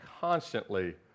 constantly